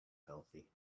healthy